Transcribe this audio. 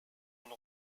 une